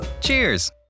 cheers